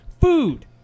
food